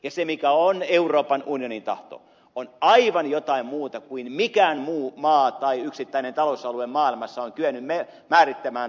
se mikä on euroopan unionin tahto on aivan jotain muuta kuin mikään muu maa tai yksittäinen talousalue maailmassa on kyennyt määrittämään tavoitteeksi